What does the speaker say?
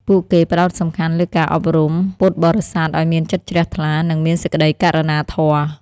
ពួកគេផ្តោតសំខាន់លើការអប់រំពុទ្ធបរិស័ទឱ្យមានចិត្តជ្រះថ្លា និងមានសេចក្តីករុណាធម៌។